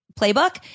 playbook